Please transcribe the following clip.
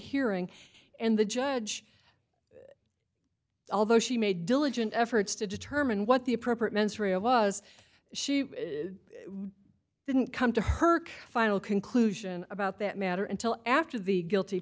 plea and the judge although she made diligent efforts to determine what the appropriate mens rea it was she didn't come to her final conclusion about that matter until after the guilty